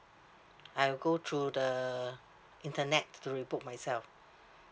I go through the internet to to rebook myself